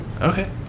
Okay